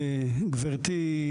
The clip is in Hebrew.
גברתי,